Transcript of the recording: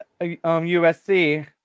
USC